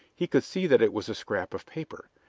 he could see that it was a scrap of paper,